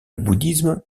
bouddhisme